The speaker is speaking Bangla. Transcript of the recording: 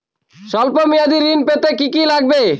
সল্প মেয়াদী ঋণ পেতে কি কি লাগবে?